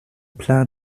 plan